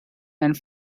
and